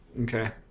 Okay